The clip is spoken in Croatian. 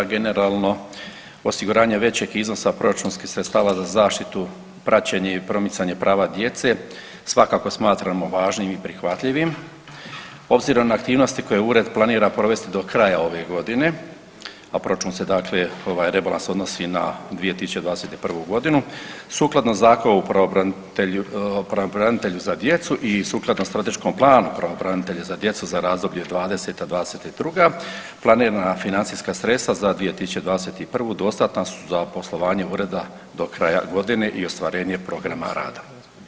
Generalno osiguranje većeg iznosa proračunskih sredstava za zaštitu, praćenje i promicanje prava djece svakako smatramo važnim i prihvatljivim obzirom na aktivnosti koje Ured planira provesti do kraja ove godine, a proračun se dakle, ovaj rebalans odnosi na 2021. g. sukladno Zakonu o pravobranitelju za djecu i sukladno Strateškom planu pravobranitelja za djecu za razdoblje '20.-'22. planirana financijska sredstva za 2021. dostatna su za poslovanje Ureda do kraja godine i ostvarenje programa rada.